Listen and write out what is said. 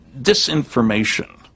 disinformation